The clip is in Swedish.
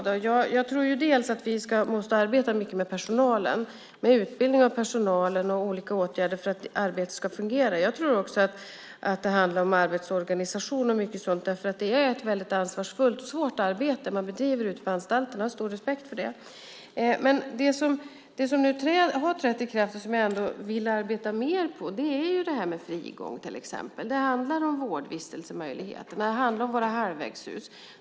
Ja, jag tror att vi måste arbeta mycket med personalen, med utbildning av personalen och olika åtgärder för att arbetet ska fungera. Jag tror också att det handlar om arbetsorganisation och mycket sådant, därför att det är ett väldigt ansvarsfullt och svårt arbete man bedriver ute på anstalterna. Jag har stor respekt för det. Det som har trätt i kraft och som jag vill arbeta mer med är till exempel frigång. Det handlar om vårdvistelsemöjligheter. Det handlar om våra halvvägshus.